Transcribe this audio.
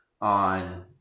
on